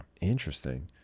Interesting